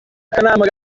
akanama